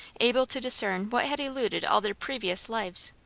able to discern what had eluded all their previous lives.